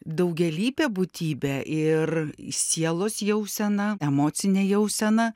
daugialypė būtybė ir sielos jausena emocinė jausena